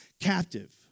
captive